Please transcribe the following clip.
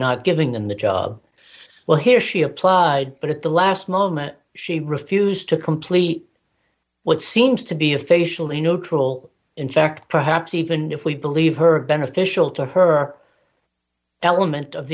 not giving them the job well here she applied but at the last moment she refused to complete what seems to be a facially no troll in fact perhaps even if we believe her beneficial to her element of